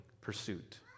pursuit